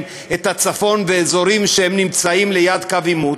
את הצפון ואזורים שנמצאים ליד קו עימות?